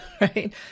right